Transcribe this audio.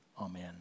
Amen